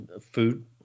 food